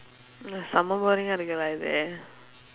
mm செம்ம:semma boringa இருக்கு:irukku lah இது:ithu